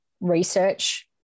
research